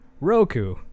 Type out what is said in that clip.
Roku